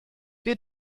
wir